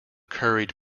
curried